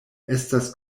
estas